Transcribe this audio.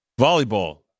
Volleyball